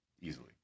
easily